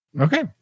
Okay